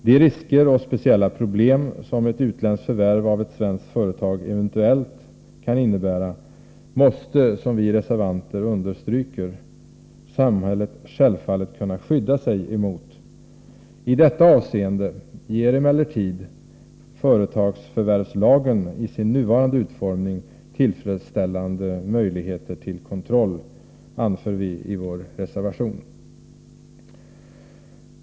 De risker och speciella problem som ett utländskt förvärv av ett svenskt företag eventuellt kan innebära måste, som vi reservanter understryker, samhället självfallet kunna skydda sig emot. I detta avseende ger emellertid företagsförvärvslagen i sin nuvarande utformning tillfredsställande möjligheter till kontroll, anför vi i vår reservation.